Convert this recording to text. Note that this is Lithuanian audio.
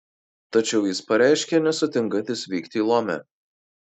tačiau jis pareiškė nesutinkantis vykti į lomę